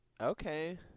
Okay